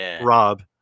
Rob